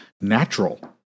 natural